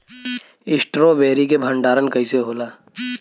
Strawberry के भंडारन कइसे होला?